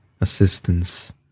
assistance